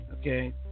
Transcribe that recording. okay